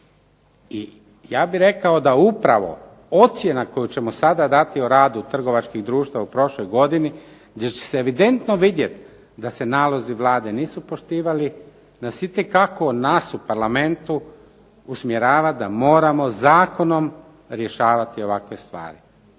I ja bih rekao da upravo ocjena koju ćemo sada dati o radu trgovačkih društava u prošloj godini gdje će se evidentno vidjeti da se nalozi Vlade nisu poštivali, nas itekako nas u Parlamentu usmjerava da moramo zakonom rješavati ovakve stvari.